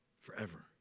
forever